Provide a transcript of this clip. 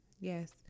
Yes